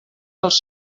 dels